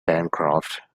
bancroft